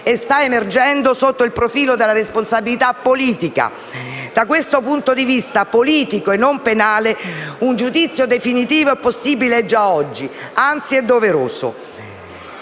e sta emergendo sotto il profilo della responsabilità politica. Da questo punto di vista, politico e non penale, un giudizio definitivo è possibile già oggi, anzi è doveroso.